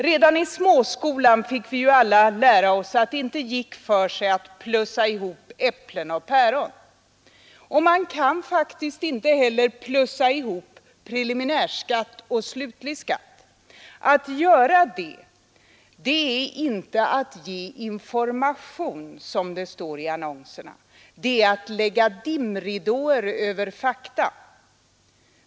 Redan i småskolan fick vi lära oss att det inte gick för sig att ”plussa ihop” äpplen och päron. Man kan faktiskt inte heller ”plussa ihop” preliminärskatt och slutlig skatt. Att göra det är inte att ge information, som det står i annonserna. Det är att lägga dimridåer över fakta.